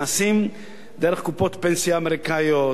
נעשים דרך קופות פנסיה אמריקניות,